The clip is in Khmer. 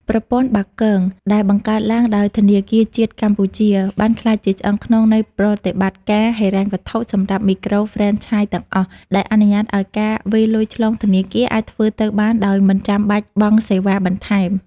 ប្រព័ន្ធ បាគង (Bakong) ដែលបង្កើតឡើងដោយធនាគារជាតិកម្ពុជា បានក្លាយជាឆ្អឹងខ្នងនៃប្រតិបត្តិការហិរញ្ញវត្ថុសម្រាប់មីក្រូហ្វ្រេនឆាយទាំងអស់ ដែលអនុញ្ញាតឱ្យការវេរលុយឆ្លងធនាគារអាចធ្វើទៅបានដោយមិនចាំបាច់បង់សេវាបន្ថែម។